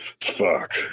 fuck